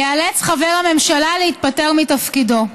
חבר הממשלה להתפטר מתפקידו.